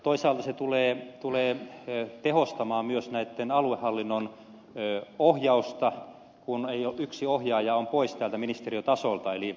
toisaalta se tulee tehostamaan myös aluehallinnon ohjausta kun yksi ohjaaja on pois tältä ministeriötasolta